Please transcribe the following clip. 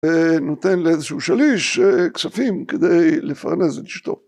‫ונותן לאיזשהו שליש כספים ‫כדי לפרנס את אישתו.